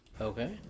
Okay